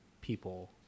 people